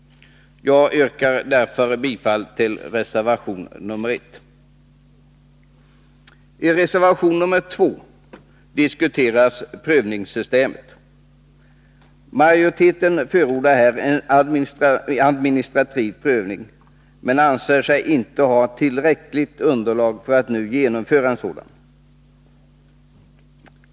Jag yrkar bifall till reservation 1. I reservation 2 diskuteras prövningssystemet. Majoriteten förordar här en administrativ prövning men anser sig inte ha tillräckligt underlag för att nu genomföra en sådan.